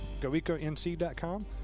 goeco.nc.com